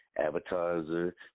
advertiser